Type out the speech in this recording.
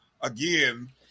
again